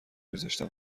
میذاشتم